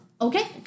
okay